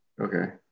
Okay